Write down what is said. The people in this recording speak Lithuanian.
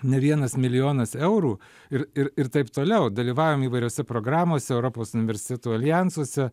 ne vienas milijonas eurų ir ir ir taip toliau dalyvaujam įvairiose programose europos universitetų aljansuose